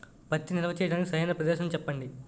పత్తి నిల్వ చేయటానికి సరైన ప్రదేశం చెప్పండి?